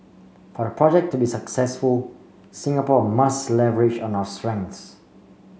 for the project to be successful Singapore must leverage on our strengths